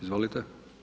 Izvolite!